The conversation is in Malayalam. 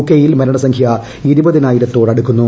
ക്ടെയിൽ മരണസംഖ്യ ഇരുപതിനായിര ത്തോടടുക്കുന്നു